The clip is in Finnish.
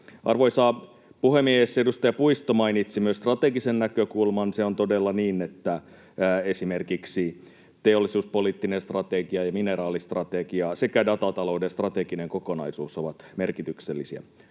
Arvoisa puhemies! Edustaja Puisto mainitsi myös strategisen näkökulman. On todella niin, että esimerkiksi teollisuuspoliittinen strategia ja mineraalistrategia sekä datatalouden strateginen kokonaisuus ovat merkityksellisiä.